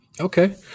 Okay